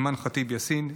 אימאן ח'טיב יאסין,